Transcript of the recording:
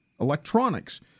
electronics